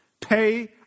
pay